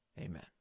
Amen